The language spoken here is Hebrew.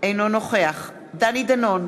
אינו נוכח דני דנון,